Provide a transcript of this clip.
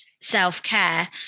self-care